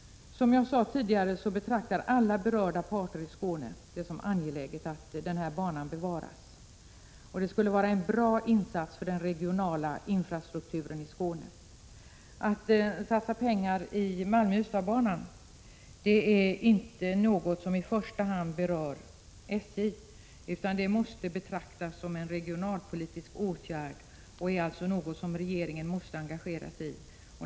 Som jag tidigare sade betraktas det av alla berörda parter i Skåne som angeläget att den här banan bevaras. Det skulle vara en bra insats för den regionala infrastrukturen i Skåne. Att satsa pengar i Malmö-Ystad-banan är inte något som i första hand berör SJ, utan det måste betraktas som en regionalpolitisk åtgärd och är alltså något som regeringen måste engagera sig i.